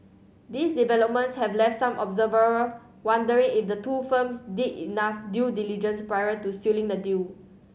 these developments have left some observer wondering if the two firms did enough due diligence prior to sealing the deal